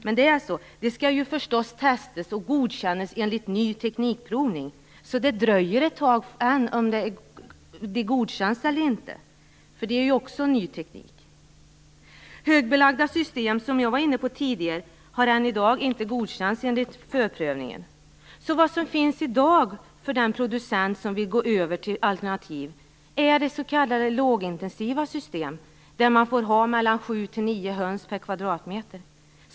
Men burarna skall naturligtvis testas och godkännas enligt provningen av ny teknik. Det dröjer ännu ett tag innan de godkänns eller inte. Detta är ju också fråga om ny teknik. Högbelagda system - som jag var inne på tidigare - har än i dag inte godkänts enligt förprövningen. Vad som finns i dag för den producent som vill gå över till alternativ, är de s.k. lågintensiva systemen med 7-9 höns per kvadratmeter.